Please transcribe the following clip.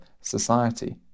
society